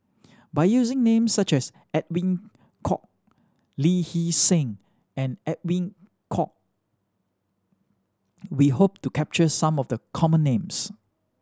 by using names such as Edwin Koek Lee Hee Seng and Edwin Koek we hope to capture some of the common names